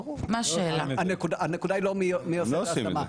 ברור, הנקודה היא לא מי עושה את ההשמה,